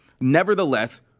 nevertheless